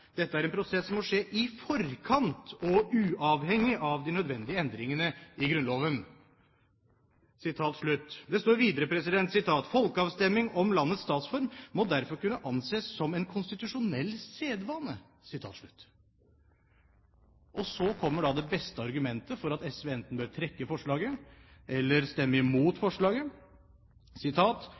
Dette er en prosess som må skje i forkant og uavhengig av de nødvendige endringene i Grunnloven». Det står videre: «Folkeavstemning om landets statsform må derfor kunne anses som en konstitusjonell sedvane.» Og så kommer da det beste argumentet for at SV enten bør trekke forslaget eller stemme imot forslaget: